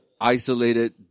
isolated